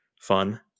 fun